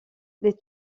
les